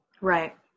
Right